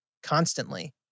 constantly